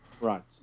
Right